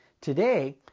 Today